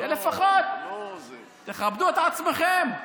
לפחות תכבדו את עצמכם.